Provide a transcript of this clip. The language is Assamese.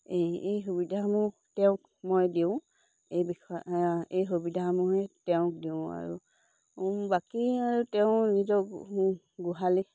এই এই সুবিধাসমূহ তেওঁক মই দিওঁ এই বিষয় এই সুবিধাসমূহে তেওঁক দিওঁ আৰু বাকী আৰু তেওঁ নিজৰ গোহালি